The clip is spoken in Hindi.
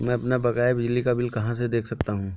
मैं अपना बकाया बिजली का बिल कहाँ से देख सकता हूँ?